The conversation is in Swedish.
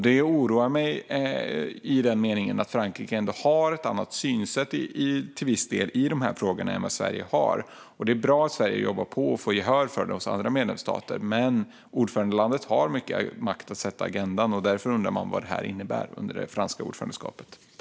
Detta oroar mig i den meningen att Frankrike ändå till viss del har ett annat synsätt än Sverige i dessa frågor. Det är bra att Sverige jobbar på och får gehör hos andra medlemsstater, men ordförandelandet har stor makt att sätta agendan. Därför undrar man vad det kan innebära under det franska ordförandeskapet.